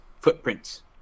footprints